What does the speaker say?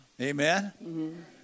Amen